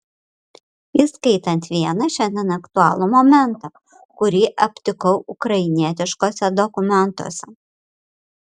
įskaitant vieną šiandien aktualų momentą kurį aptikau ukrainietiškuose dokumentuose